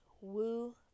Woo